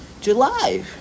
July